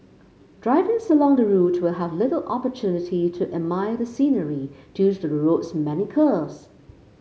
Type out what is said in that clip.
drivers along the route will have little opportunity to admire the scenery due to the road's many curves